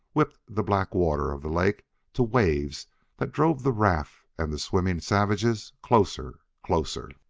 whipped the black water of the lake to waves that drove the raft and the swimming savages closer closer